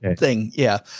and thing. yeah.